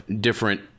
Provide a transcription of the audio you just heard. different